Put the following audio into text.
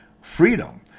freedom